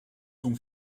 son